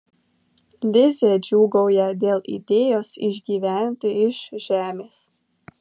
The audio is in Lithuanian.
lizė džiūgauja dėl idėjos išgyventi iš žemės